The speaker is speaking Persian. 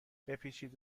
بپیچید